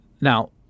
Now